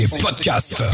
Podcast